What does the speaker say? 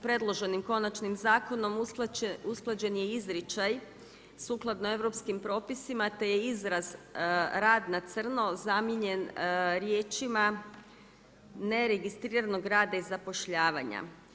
Predloženim konačnim zakonom, usklađen je izričaj sukladno europskim propisima, te je izraz rad na crno zamijenjen riječima neregistriranog rada i zapošljavanja.